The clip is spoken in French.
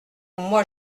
moi